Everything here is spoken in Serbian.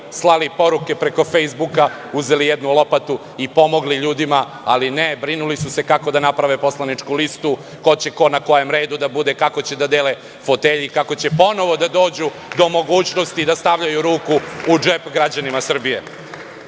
slali poruke preko Fejsbuka, uzeli jednu lopatu i pomogli ljudima, ali ne, brinuli su se kako da naprave poslaničku listu, ko će na kom redu da bude, kako će da dele fotelje i kako će ponovo da dođu do mogućnosti da stavljaju ruku u džep građana Srbije. Mnogo